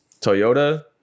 Toyota